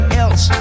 else